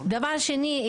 דבר שני,